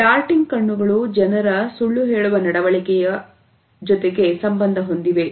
Darting ಕಣ್ಣುಗಳು ಜನರ ಸುಳ್ಳು ಹೇಳುವ ನಡವಳಿಕೆಯ ಒಂದಿಗೆ ಸಂಬಂಧ ಹೊಂದಿವೆ